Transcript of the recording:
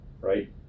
right